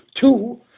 two